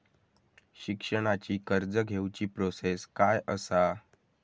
शिक्षणाची कर्ज घेऊची प्रोसेस काय असा?